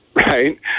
right